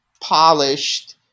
polished